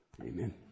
amen